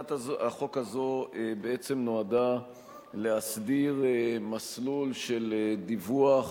הצעת החוק הזאת בעצם נועדה להסדיר מסלול של דיווח